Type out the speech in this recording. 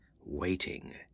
waiting